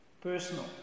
personal